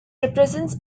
represents